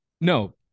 no